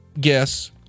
guess